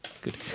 Good